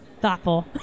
thoughtful